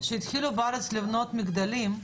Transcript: כשהתחילו בארץ לבנות מגדלים,